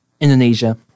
Indonesia